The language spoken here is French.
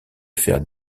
faire